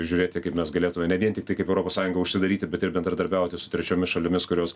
žiūrėti kaip mes galėtume ne vien tiktai kaip europos sąjunga užsidaryti bet ir bendradarbiauti su trečiomis šalimis kurios